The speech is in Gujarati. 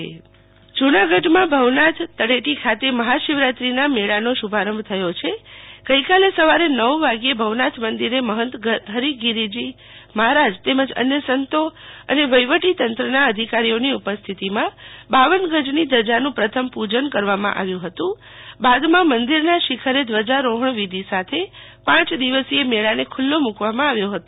શીતલ વૈશ્નવ જુનાગઢ ભવનાથ મેળો જૂનાગઢમાં ભવનાથ તળેટી ખાતે મહાશિવરાત્રીનાં મેળાનો શુભારંભ થયો છે આજે સવારે નવ કલાકે ભવનાથ મંદિરે મહત હરિગીરીજી મહારાજ તેમજ અન્ય સંતો અને વહીવટી તંત્રના અધિકારીઓની ઉપસ્થિતિમાં બાવન ગજની ધજાનું પ્રથમ પૂજન કરવામાં આવ્યુ હતું બાદમાં મંદિરના શિખરે ધ્વજારોહણ વિધિ સાથે પાંચ દિવસિય મેળાને ખુલ્લો મુકવામાં આવ્યો હતો